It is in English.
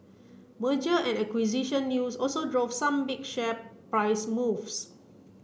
merger and acquisition news also drove some big share price moves